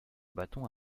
bâton